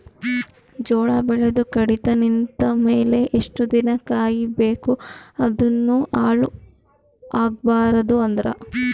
ಜೋಳ ಬೆಳೆದು ಕಡಿತ ನಿಂತ ಮೇಲೆ ಎಷ್ಟು ದಿನ ಕಾಯಿ ಬೇಕು ಅದನ್ನು ಹಾಳು ಆಗಬಾರದು ಅಂದ್ರ?